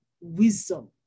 wisdom